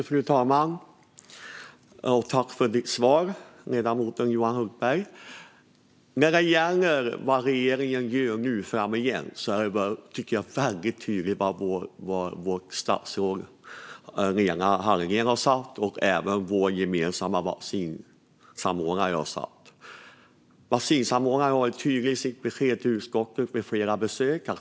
Fru talman! Jag tackar dig, Johan Hultberg, för ditt svar. När det gäller vad regeringen gör nu och framöver tycker jag att det är väldigt tydligt vad vårt statsråd Lena Hallengren har sagt och även vad vår vaccinsamordnare har sagt. Vaccinsamordnaren har varit tydlig i sitt besked när han har besökt utskottet flera gånger.